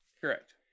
Correct